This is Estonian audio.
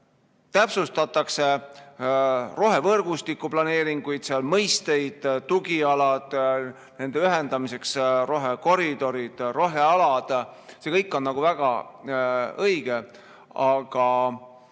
Täpsustatakse rohevõrgustiku planeeringuid, mõisteid, on tugialad, nende ühendamiseks on rohekoridorid, rohealad – see kõik on väga õige.